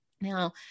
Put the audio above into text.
Now